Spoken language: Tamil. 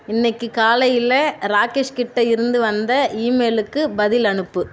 இன்னைக்கு காலையில் ராகேஷ் கிட்டே இருந்து வந்த ஈமெயிலுக்கு பதில் அனுப்பு